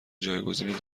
جایگزین